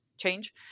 change